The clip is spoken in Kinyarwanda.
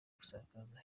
gusakaza